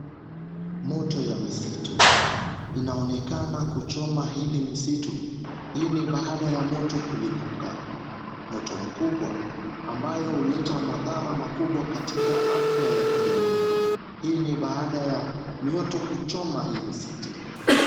Moto ya misitu inaonekana kuchoma hili misitu; hii ni baada ya moto kulipuka, moto mkubwa ambayo huleta madhara kubwa katika afya ya kijamii. Hii ni baada ya mioto kuchoma hii misitu.